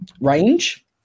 range